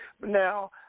Now